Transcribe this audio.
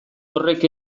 horrek